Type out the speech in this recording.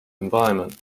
environment